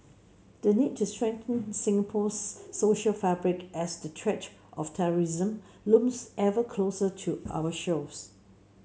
the need to strengthen Singapore's social fabric as the threat of terrorism looms ever closer to our shores